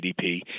GDP